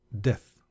Death